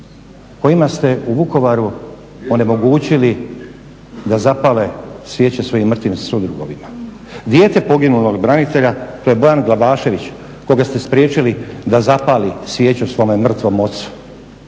kojima ste u Vukovaru onemogućili da zapale svijeće svojim mrtvim sudrugovima. Dijete poginulog branitelja to je Bojan Glavašević koga ste spriječili da zapali svijeću svome mrtvom ocu,